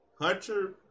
Hunter